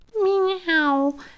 Meow